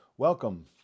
Welcome